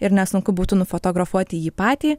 ir nesunku būtų nufotografuoti jį patį